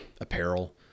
apparel